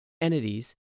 entities